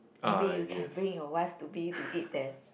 maybe you can bring your wife to be to eat there